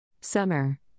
Summer